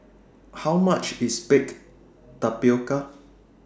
How much IS Baked Tapioca